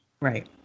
Right